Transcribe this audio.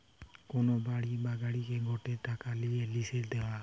কোন বাড়ি বা গাড়িকে গটে টাকা নিয়ে লিসে দেওয়া